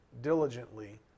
diligently